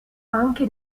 anche